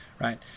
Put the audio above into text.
right